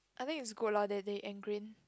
I think it's good lah that they ingrain